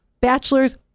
bachelors